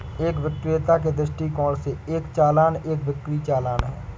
एक विक्रेता के दृष्टिकोण से, एक चालान एक बिक्री चालान है